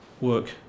work